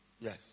Yes